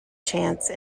chance